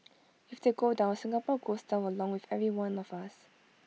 if they go down Singapore goes down along with every one of us